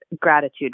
gratitude